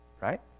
right